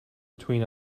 between